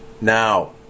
Now